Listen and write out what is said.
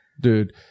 Dude